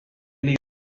libro